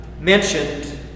mentioned